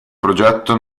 progetto